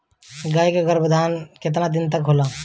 गाय के गरभाधान केतना दिन के होला?